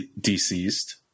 deceased